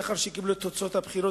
לאחר שקיבלו את תוצאות הבחירות,